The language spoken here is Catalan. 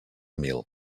mil